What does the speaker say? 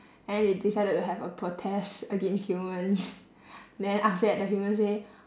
and then they decided to have a protest against humans then after that the humans say